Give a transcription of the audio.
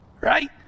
right